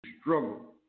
struggle